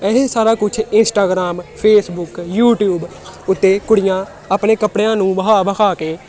ਇਹ ਸਾਰਾ ਕੁਛ ਇਸਟਾਗ੍ਰਾਮ ਫੇਸਬੁੱਕ ਯੂਟਿਊਬ ਉੱਤੇ ਕੁੜੀਆਂ ਆਪਣੇ ਕੱਪੜਿਆਂ ਨੂੰ ਵਿਖਾ ਵਿਖਾ ਕੇ